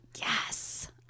Yes